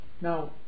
Now